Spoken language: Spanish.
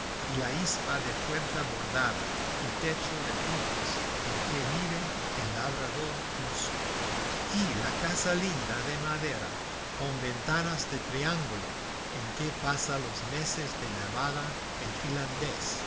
y la isba de puerta bordada y techo de picos en que vive el labrador ruso y la casa linda de madera con ventanas de triángulo en que pasa los meses de nevada el finlandés